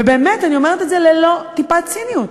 ובאמת, אני אומרת את זה ללא טיפת ציניות,